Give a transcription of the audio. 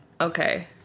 Okay